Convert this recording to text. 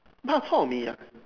bak-chor-mee ya